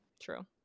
True